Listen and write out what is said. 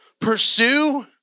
Pursue